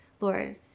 Lord